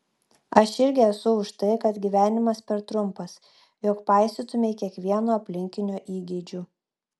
aš irgi esu už tai kad gyvenimas per trumpas jog paisytumei kiekvieno aplinkinio įgeidžių